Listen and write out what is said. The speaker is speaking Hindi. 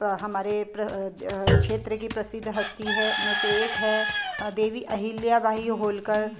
हमारे क्षेत्र की प्रसिद्ध हस्ती है में से एक है देवी अहिल्याबाई होलकर